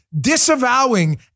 disavowing